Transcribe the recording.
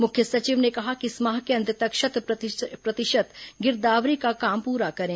मुख्य सचिव ने कहा कि इस माह के अंत तक शत प्रतिशत गिरदावरी का काम पूरा करें